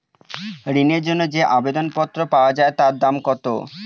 ঋণের জন্য যে আবেদন পত্র পাওয়া য়ায় তার দাম কত?